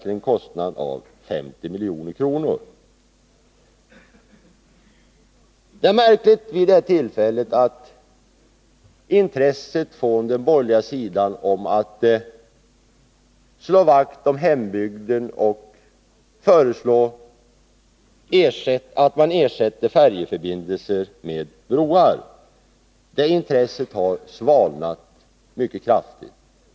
Till sist vill jag konstatera att intresset från den borgerliga sidan för att föreslå att man ersätter färjeförbindelser med broar vid detta tillfälle har svalnat mycket kraftigt.